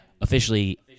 officially